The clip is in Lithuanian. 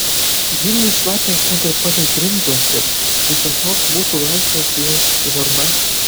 grindys šlapios net ir palei grindjuostes lyg kas nors būtų laistęs jas žarna